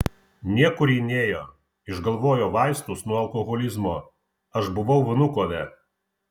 niekur ji nėjo išgalvojo vaistus nuo alkoholizmo aš buvau vnukove